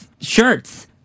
shirts